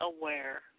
aware